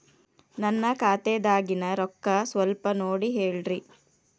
ನನ್ನ ಖಾತೆದಾಗಿನ ರೊಕ್ಕ ಸ್ವಲ್ಪ ನೋಡಿ ಹೇಳ್ರಿ